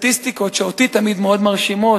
הסטטיסטיקות שאותי תמיד מאוד מרשימות,